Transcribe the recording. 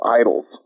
idols